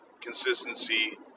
consistency